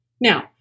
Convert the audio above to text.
Now